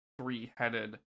Three-headed